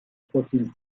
profil